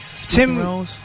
Tim